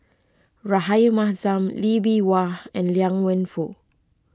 Rahayu Mahzam Lee Bee Wah and Liang Wenfu